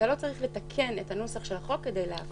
אתה לא צריך לתקן את הנוסח של החוק כדי לאפשר את זה.